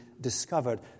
discovered